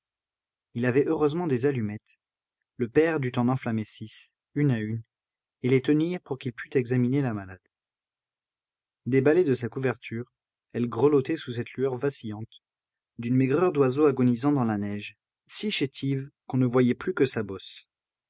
il avait heureusement des allumettes le père dut en enflammer six une à une et les tenir pour qu'il pût examiner la malade déballée de sa couverture elle grelottait sous cette lueur vacillante d'une maigreur d'oiseau agonisant dans la neige si chétive qu'on ne voyait plus que sa bosse